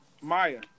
Maya